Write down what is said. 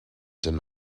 did